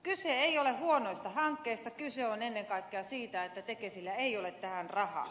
kyse ei ole huonoista hankkeista kyse on ennen kaikkea siitä että tekesillä ei ole tähän rahaa